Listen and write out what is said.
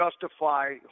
justify